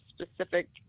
specific